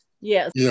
Yes